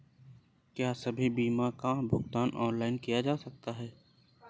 क्या सभी बीमा का भुगतान ऑनलाइन किया जा सकता है?